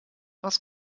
was